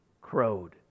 crowed